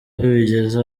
bigeze